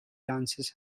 dances